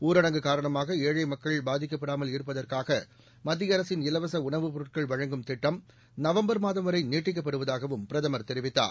ஊரடங்கு காரணமாக ஏழை மக்கள் பாதிக்கப்படாமல் இருப்பதற்காக மத்திய அரசின் இலவச உணவு பொருட்கள் வழங்கும் திட்டம் நவம்பர் மாதம் வரை நீட்டிக்கப்படுவதாகவும் பிரதமர் தெரிவித்தார்